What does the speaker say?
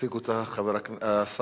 (תיקון מס'